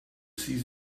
see